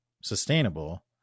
sustainable